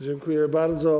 Dziękuję bardzo.